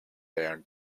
their